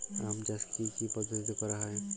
আম চাষ কি কি পদ্ধতিতে করা হয়?